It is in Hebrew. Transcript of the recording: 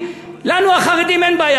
לנו החרדים אין בעיה,